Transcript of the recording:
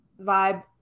vibe